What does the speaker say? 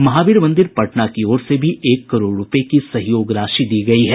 महावीर मंदिर पटना की ओर से भी एक करोड़ रूपये की सहयोग राशि दी गयी है